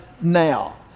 now